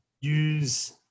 use